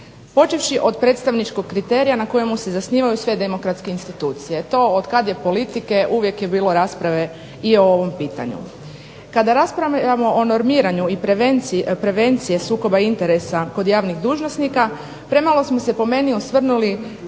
počevši od predstavničkog kriterija na kojemu se zasnivaju sve demokratske institucije. To otkad je politike uvijek je bilo rasprave i o ovom pitanju. Kada raspravljamo o normiranju i prevencije sukoba interesa kod javnih dužnosnika premalo smo se, po meni, osvrnuli